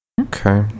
Okay